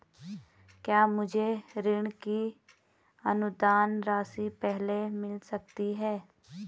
क्या मुझे ऋण की अनुदान राशि पहले मिल सकती है?